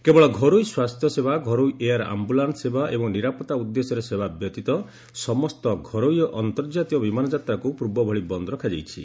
କେବଳ ଘରୋଇ ସ୍ୱାସ୍ଥ୍ୟସେବା ଘରୋଇ ଏୟାର୍ ଆମ୍ଭୁଲାନ୍ଦ ସେବା ଏବଂ ନିରାପତ୍ତା ଉଦ୍ଦେଶ୍ୟରେ ସେବା ବ୍ୟତୀତ ସମସ୍ତ ଘରୋଇ ଓ ଅନ୍ତର୍କାତୀୟ ବିମାନ ଯାତ୍ରାକୁ ପୂର୍ବଭଳି ବନ୍ଦ୍ ରଖାଯାଇଛି